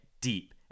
deep